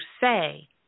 say